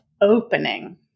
opening